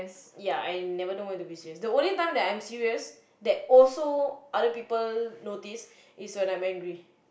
ya I never know when to be serious the only time that I'm serious that also other people notice is when I'm angry